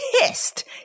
Pissed